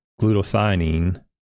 glutathione